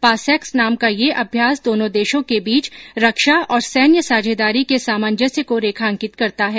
पासैक्स नाम का यह अभ्यास दोनों देशों के बीच रक्षा और सैन्य साझेदारी के सामंजस्य को रेखांकित करता है